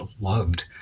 loved